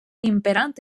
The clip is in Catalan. imperant